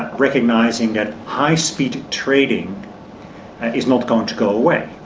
ah recognising that high-speed trading is not going to go away,